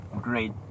great